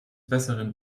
besseren